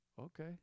Okay